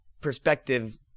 perspective